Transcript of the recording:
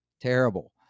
terrible